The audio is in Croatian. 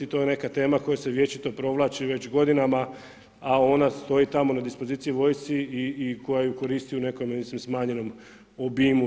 To je neka tema koja se vječito provlači već godinama, a ona stoji tamo na dispoziciji vojsci i koja ju koristi u nekom smanjenom obimu.